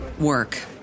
work